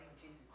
Jesus